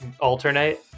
alternate